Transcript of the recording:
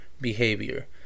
behavior